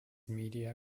media